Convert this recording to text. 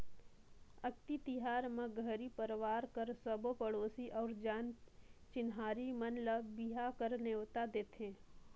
अक्ती तिहार म घरी परवार कर सबो पड़ोसी अउ जान चिन्हारी मन ल बिहा कर नेवता देथे